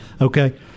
okay